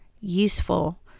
useful